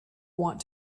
want